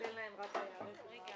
נשאר לנו רק שתתקבל החלטה בעניין הטענה על